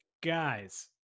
Guys